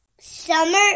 Summer